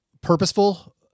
purposeful